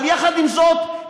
אבל יחד עם זאת,